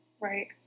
right